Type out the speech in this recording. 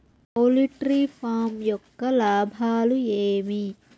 poultry farm యొక్క లాభాలు ఏమి